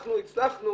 אנחנו הצלחנו